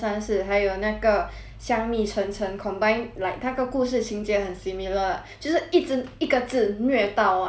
香蜜沉沉 combine like 那个故事情节很 similar lah 就是一直一个字虐到 what 我就很期待 sia